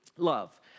love